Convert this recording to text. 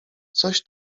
coś